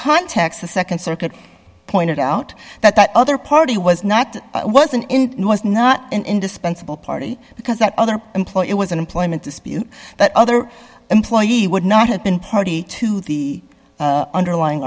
context the nd circuit pointed out that that other party was not wasn't in was not an indispensable party because that other employee it was an employment dispute that other employee would not have been party to the underlying